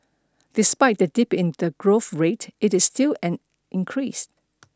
despite the dip in the growth rate it is still an increase